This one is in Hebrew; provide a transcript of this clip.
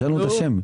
שאלנו את השם.